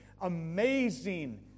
amazing